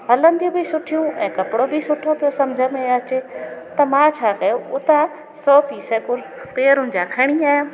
हलंदियूं बि सुठियूं ऐं कपिड़ो बि सुठो पियो सम्झ में अचे त मां छा कयो उतां सौ पीस कुलु पैरूनि जा खणी आयमि